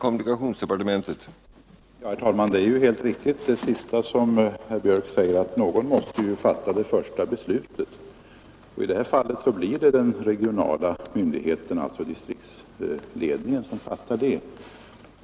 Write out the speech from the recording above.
Herr talman! Det är alldeles riktigt som herr Björck i Nässjö säger att någon måste fatta det första beslutet. I detta fall blir det den regionala myndigheten, alltså distriktsledningen, som fattar det.